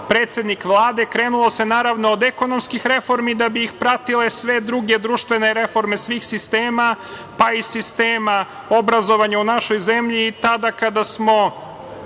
predsednik Vlade. Krenulo se od ekonomskih reformi, da bi ih pratile sve druge društvene reforme svih sistema, pa i sistema obrazovanja u našoj zemlji. Tada kada smo